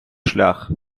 шлях